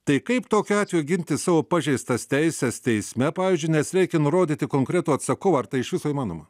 tai kaip tokiu atveju ginti savo pažeistas teises teisme pavyzdžiui nes reikia nurodyti konkretų atsakovą ar tai iš viso įmanoma